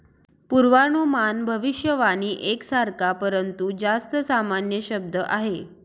पूर्वानुमान भविष्यवाणी एक सारखा, परंतु जास्त सामान्य शब्द आहे